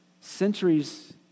centuries